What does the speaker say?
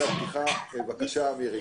בבקשה, מירי.